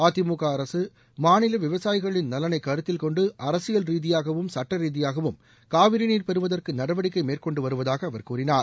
அதிமுக அரசு மாநில விவசாயிகளின் நலனை கருத்தில் கொண்டு அரசியல் ரீதியாகவும் சுட்ட ரீதியாகவும் காவிரி நீர் பெறுவதற்கு நடவடிக்கை மேற்கொண்டு வருவதாக அவர் கூறினார்